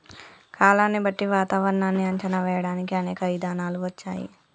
కాలాన్ని బట్టి వాతావరనాన్ని అంచనా వేయడానికి అనేక ఇధానాలు వచ్చాయి